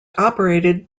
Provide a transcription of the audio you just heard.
operated